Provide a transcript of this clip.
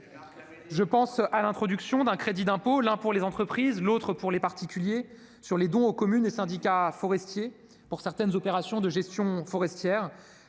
Je pense à l'introduction de crédits d'impôt, pour les entreprises comme pour les particuliers, sur les dons aux communes et syndicats forestiers pour certaines opérations de gestion forestière.